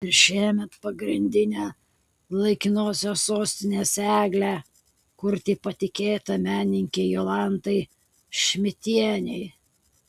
ir šiemet pagrindinę laikinosios sostinės eglę kurti patikėta menininkei jolantai šmidtienei